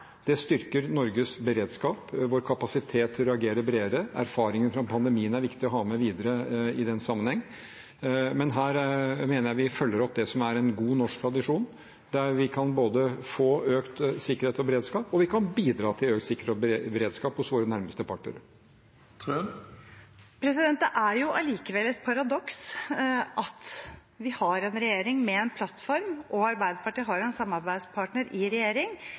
Det blir hilst velkommen. Det styrker Norges beredskap og vår kapasitet til å reagere bredere. Erfaringene fra pandemien er viktig å ha med videre i den sammenheng. Her mener jeg vi følger opp det som er en god norsk tradisjon, der vi både kan få økt sikkerhet og beredskap, og vi kan bidra til økt sikkerhet og beredskap hos våre nærmeste partnere. Tone Wilhelmsen Trøen – til oppfølgingsspørsmål. Det er allikevel et paradoks at vi har en regjering med en plattform og at Arbeiderpartiet har en samarbeidspartner i